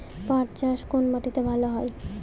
পাট চাষ কোন মাটিতে ভালো হয়?